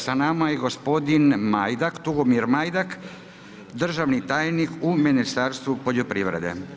Sa nama je gospodin Majdak, Tugomir Majdak, državni tajnik u Ministarstvu poljoprivrede.